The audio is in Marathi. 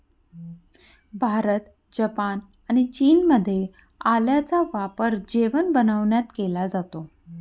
भारत, जपान आणि चीनमध्ये आल्याचा वापर जेवण बनविण्यात केला जातो